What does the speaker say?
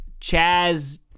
Chaz